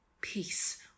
Peace